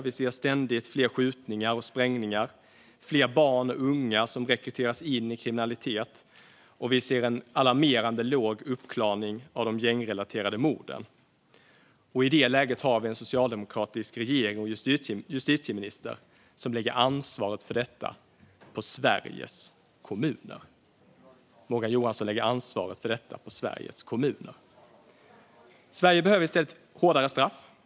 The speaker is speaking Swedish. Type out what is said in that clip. Vi ser ständigt fler skjutningar och sprängningar, fler barn och unga som rekryteras in i kriminalitet och en alarmerande låg uppklaring av de gängrelaterade morden. I det läget har vi en socialdemokratisk regering och en justitieminister som lägger ansvaret för detta på Sveriges kommuner. Morgan Johansson lägger ansvaret för detta på Sveriges kommuner. Sverige behöver i stället hårdare straff.